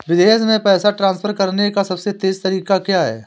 विदेश में पैसा ट्रांसफर करने का सबसे तेज़ तरीका क्या है?